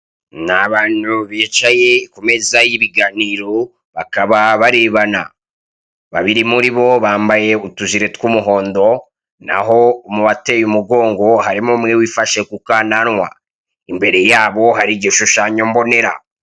Ni abantu bicaye ku meza y'ibiganiriro bakaba barebana. Babiri muri bo bambaye utujiri tw'umuhondo naho mu bateye umugongo harimo umwe wifashe ku kananwa. Imbere yabo hari igishushanyo mbonera.